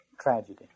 tragedy